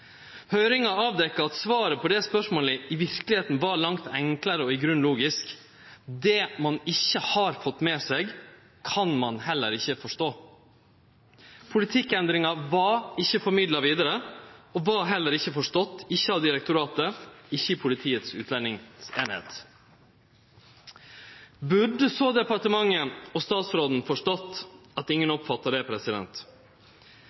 Høyringa avdekte at svaret på dette spørsmålet i røynda var langt enklare – og i grunnen logisk: Det ein ikkje har fått med seg, kan ein heller ikkje forstå. Politikkendringa var ikkje formidla vidare, og var då heller ikkje forstått – ikkje av direktoratet, og ikkje av Politiets utlendingseining. Burde så departementet og statsråden ha forstått at ingen